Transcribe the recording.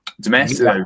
Domestic